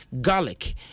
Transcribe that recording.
garlic